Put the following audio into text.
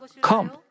come